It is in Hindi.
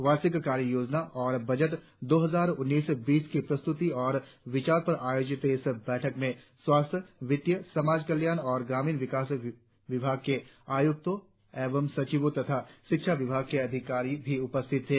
वार्षिक कार्य योजना और बजट दो हजार उन्नीस बीस की प्रस्तुती और विचार पर आयोजित इस बैठक में स्वास्थ्य वित्तीय समाज कल्याण और ग्रामीण विकास विभाग के आयुक्तों एवं सचिवों तथा शिक्षा विभाग के अधिकारी भी उपस्थित थे